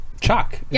chalk